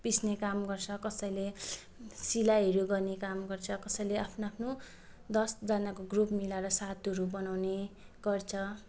पिस्ने काम गर्छ कसैले सिलाइहरू गर्ने काम गर्छ कसैले आफ्नो आफ्नो दसजनाको ग्रुप मिलाएर सातुहरू बनाउने गर्छ